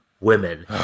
women